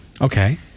Okay